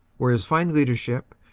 where his fine leadership,